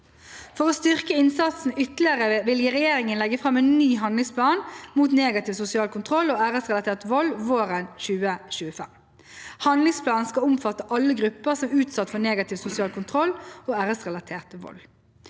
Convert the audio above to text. For å styrke innsatsen ytterligere vil regjeringen legge fram en ny handlingsplan mot negativ sosial kontroll og æresrelatert vold våren 2025. Handlingsplanen skal omfatte alle grupper som er utsatt for negativ sosial kontroll og æresrelatert vold.